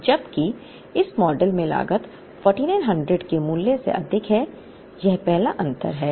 जबकि संदर्भ स्लाइड समय 0151 इस मॉडल में लागत 4900 के मूल्य से अधिक है यह पहला अंतर है